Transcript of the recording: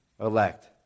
Elect